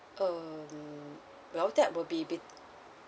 um well that would be bet~